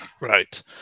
Right